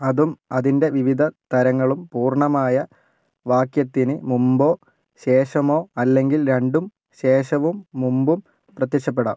അതും അതിൻ്റെ വിവിധ തരങ്ങളും പൂർണ്ണമായ വാക്യത്തിന് മുമ്പോ ശേഷമോ അല്ലെങ്കിൽ രണ്ടും ശേഷവും മുമ്പും പ്രത്യക്ഷപ്പെടാം